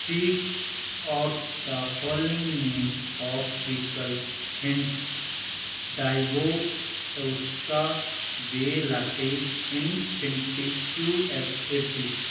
speak out the following name of vehicle ਹਿੰਟ Daewoo Tosca ਬੇਲਾਟੇ Infiniti Q X eighty